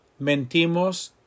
mentimos